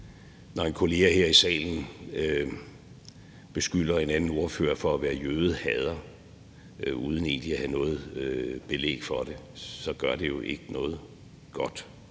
Når en kollega her i salen beskylder en anden ordfører for at være jødehader uden egentlig at have noget belæg for det, så gør det jo ikke noget godt.